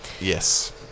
Yes